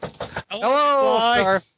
Hello